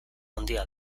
handia